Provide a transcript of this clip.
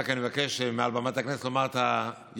אני מבקש מעל במת הכנסת לומר את הימים: